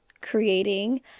creating